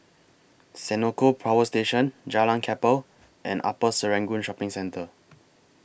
Senoko Power Station Jalan Kapal and Upper Serangoon Shopping Centre